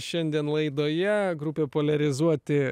šiandien laidoje grupė poliarizuoti